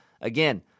Again